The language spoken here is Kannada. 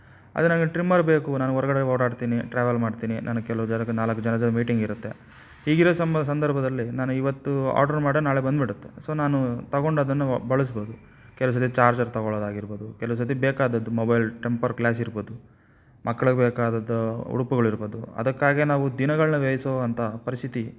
ಅದೇ ನನಗೆ ಟ್ರಿಮ್ಮರ್ ಬೇಕು ನಾನು ಹೊರ್ಗಡೆ ಓಡಾಡ್ತೀನಿ ಟ್ರಾವೆಲ್ ಮಾಡ್ತೀನಿ ನಾನು ಕೆಲವು ಜನಕ್ಕೆ ನಾಲ್ಕು ಜನದ ಮೀಟಿಂಗಿರುತ್ತೆ ಹೀಗಿರೋ ಸಂಬ ಸಂದರ್ಭದಲ್ಲಿ ನಾನು ಇವತ್ತು ಆರ್ಡ್ರ್ ಮಾಡ್ದ್ರೆ ನಾಳೆ ಬಂದುಬಿಡತ್ತೆ ಸೊ ನಾನು ತಗೊಂಡು ಅದನ್ನು ಬಳಸ್ಬೋದು ಕೆಲವು ಸರ್ತಿ ಚಾರ್ಜರ್ ತಗೊಳ್ಳೋದಾಗಿರ್ಬೋದು ಕೆಲವು ಸರ್ತಿ ಬೇಕಾದದ್ದು ಮೊಬೈಲ್ ಟೆಂಪರ್ ಗ್ಲಾಸ್ ಇರ್ಬೋದು ಮಕ್ಳಗೆ ಬೇಕಾದದ್ದು ಉಡುಪುಗಳಿರ್ಬೋದು ಅದಕ್ಕಾಗೇ ನಾವು ದಿನಗಳನ್ನು ವ್ಯಯಿಸುವಂಥ ಪರಿಸ್ಥಿತಿ